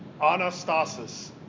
Anastasis